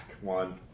one